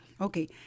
Okay